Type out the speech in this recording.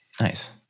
Nice